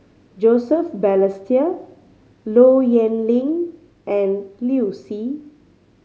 Joseph Balestier Low Yen Ling and Liu Si